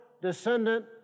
descendant